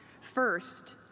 First